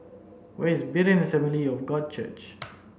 where is Berean Assembly of God Church